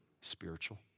spiritual